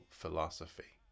philosophy